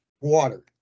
water